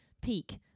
peak